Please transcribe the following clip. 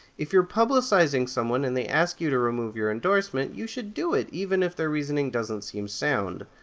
if you're publicizing someone and they ask you to remove your endorsement, you should do it, even if their reasoning doesn't seem sound.